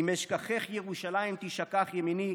"אם אשכחך ירושלם תשכח ימיני",